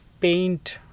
paint